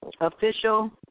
official